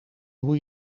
hoe